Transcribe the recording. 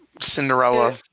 Cinderella